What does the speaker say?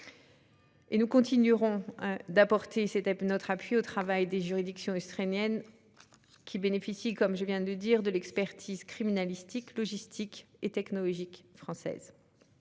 Nous continuerons d'apporter notre appui au travail des juridictions ukrainiennes, lesquelles bénéficient donc de l'expertise criminalistique, logistique et technologique française.